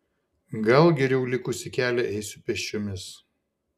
gal geriau likusį kelią eisiu pėsčiomis